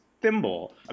Thimble